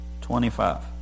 twenty-five